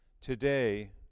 Today